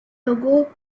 logo